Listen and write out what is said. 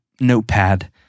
notepad